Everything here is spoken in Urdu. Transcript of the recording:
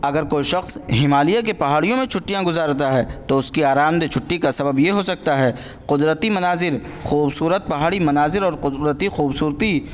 اگر کوئی شخص ہمالیہ کے پہاڑیوں میں چھٹیاں گزارتا ہے تو اس کی آرامدہ چھٹی کا سبب بھی ہو سکتا ہے قدرتی مناظر خوبصورت پہاڑی مناظر اور قدرتی خوبصورتی